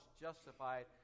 justified